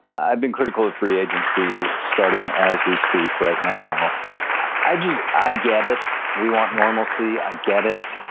i've been critical of free agency starting as we speak right now i just i get it. we want normalcy. i get it.